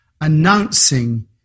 announcing